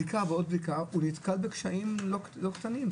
בדיקה ועוד בדיקה, האיש נתקל בקשיים לא קטנים.